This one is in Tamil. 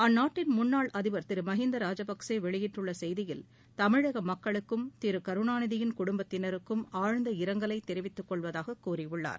அந்நாட்டின் முன்னாள் அதிபர் திரு மகிந்தா ராஜபக்ஷே வெளியிட்டுள்ள் செய்தியில் தமிழக மக்களுக்கும் திரு கருணாநிதியின் குடும்பத்தினருக்கும் ஆழ்ந்த இரங்கலை தெரிவித்துக்கொள்வதாகக் கூறியுள்ளார்